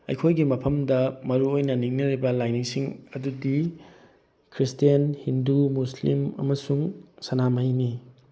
ꯑꯩꯈꯣꯏꯒꯤ ꯃꯐꯝꯗ ꯃꯔꯨꯑꯣꯏꯅ ꯅꯤꯡꯅꯔꯤꯕ ꯂꯥꯏꯅꯤꯡꯁꯤꯡ ꯑꯗꯨꯗꯤ ꯈ꯭ꯔꯤꯁꯇꯦꯟ ꯍꯤꯟꯗꯨ ꯃꯨꯁꯂꯤꯝ ꯑꯃꯁꯨꯡ ꯁꯅꯥꯃꯍꯤꯅꯤ